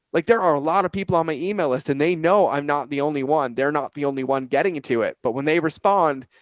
like, there are a lot of people on my email list and they know i'm not the only one. they're not the only one getting into it, but when they respond,